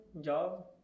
job